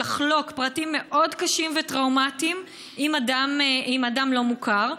לחלוק פרטים מאוד קשים וטראומטיים עם אדם לא מוכר,